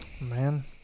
Man